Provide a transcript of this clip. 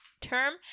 term